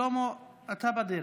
שלמה, אתה בדרך,